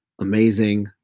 amazing